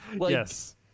Yes